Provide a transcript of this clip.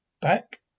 Back